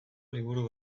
liburu